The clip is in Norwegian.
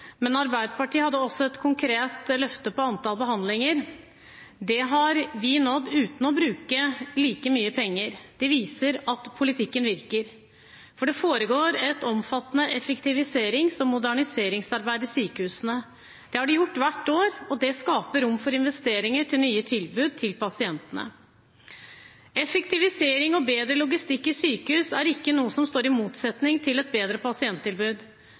men Arbeiderpartiet hadde også et konkret løfte om antall behandlinger. Det har vi nådd uten å bruke like mye penger. Det viser at politikken virker. For det foregår et omfattende effektiviserings- og moderniseringsarbeid i sykehusene. Det har det gjort hvert år, og det skaper rom for investeringer i nye tilbud til pasientene. Effektivisering og bedre logistikk i sykehus er ikke noe som står i motsetning til et bedre pasienttilbud,